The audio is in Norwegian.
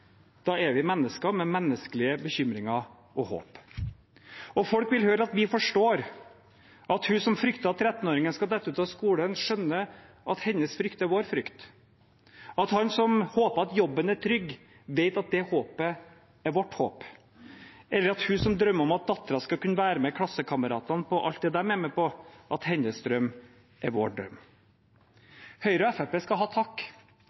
Da er vi mennesker med menneskelige bekymringer og håp. Folk vil høre at vi forstår at hun som frykter at 13-åringen skal falle ut av skolen, skjønner at hennes frykt er vår frykt, at han som håper at jobben er trygg, vet at det håpet er vårt håp, eller at hun som drømmer om at datteren skal kunne være med klassekameratene på alt det de er med på, at hennes drøm er vår drøm. Høyre og Fremskrittspartiet skal ha takk